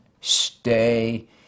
Stay